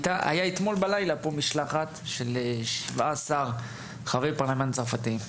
היה אתמול בלילה פה משלחת של 17 חברי פרלמנט צרפתי,